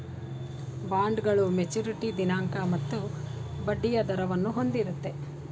ಬಾಂಡ್ಗಳು ಮೆಚುರಿಟಿ ದಿನಾಂಕ ಮತ್ತು ಬಡ್ಡಿಯ ದರವನ್ನು ಹೊಂದಿರುತ್ತೆ